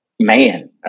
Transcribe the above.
Man